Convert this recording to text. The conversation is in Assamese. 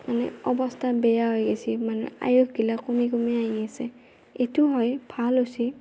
মানে অৱস্থা বেয়া হৈ গেইছি মানে আয়ুসবিলাক কমি কমি আহি আছে এইটো হয় ভাল হৈছি